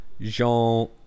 Jean